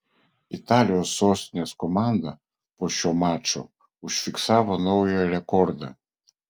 italijos sostinės komanda po šio mačo užfiksavo naują rekordą